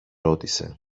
ρώτησε